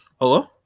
Hello